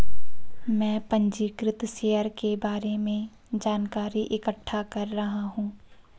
मैं पंजीकृत शेयर के बारे में जानकारी इकट्ठा कर रहा हूँ